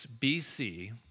BC